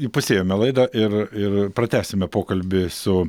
įpusėjome laidą ir ir pratęsime pokalbį su